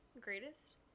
greatest